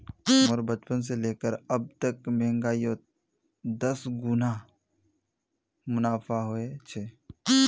मोर बचपन से लेकर अब तक महंगाईयोत दस गुना मुनाफा होए छे